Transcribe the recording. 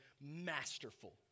masterful